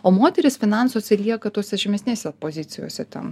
o moterys finansuose lieka tose žemesnėse pozicijose ten